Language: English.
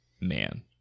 man